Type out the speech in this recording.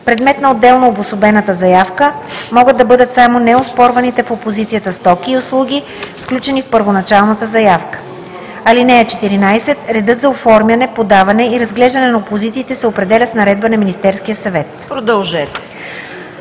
Предмет на отделно обособената заявка могат да бъдат само неоспорваните в опозицията стоки и услуги, включени в първоначалната заявка. (14) Редът за оформяне, подаване и разглеждане на опозиции се определя с наредба на Министерския съвет.“ „Член